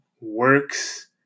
works